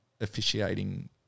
officiating